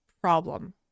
problem